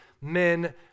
men